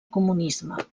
comunisme